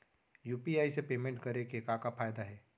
UPI से payment करे के का का फायदा हे?